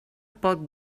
pot